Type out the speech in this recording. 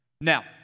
Now